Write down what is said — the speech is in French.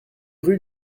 rue